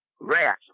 rat